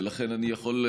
ולכן אני יכול,